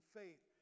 faith